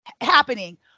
happening